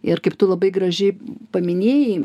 ir kaip tu labai graži paminėjai